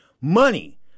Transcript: money